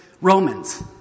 Romans